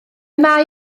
mae